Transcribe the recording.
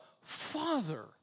Father